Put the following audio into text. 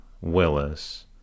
Willis